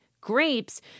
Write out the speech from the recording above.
grapes